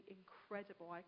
incredible